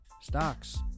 Stocks